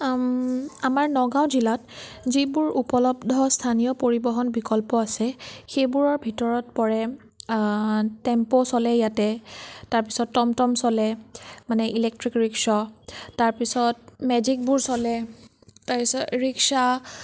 আমাৰ নগাওঁ জিলাত যিবোৰ উপলব্ধ স্থানীয় পৰিবহন বিকল্প আছে সেইবোৰৰ ভিতৰত পৰে টেম্পু চলে ইয়াতে তাৰপিছত টমটম চলে মানে ইলেক্ট্ৰিক ৰিক্সা তাৰপিছত মেজিকবোৰ চলে তাৰপিছত ৰিক্সা